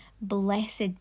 blessed